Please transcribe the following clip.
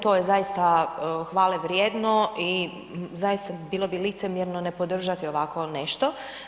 To je zaista hvale vrijedno i zaista, bilo bi licemjerno ne podržati ovako nešto.